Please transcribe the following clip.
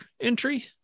entry